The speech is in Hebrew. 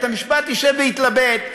בית-המשפט ישב ויתלבט,